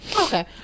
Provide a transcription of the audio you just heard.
Okay